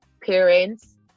parents